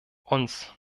uns